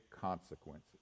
consequences